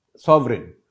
Sovereign